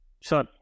Sure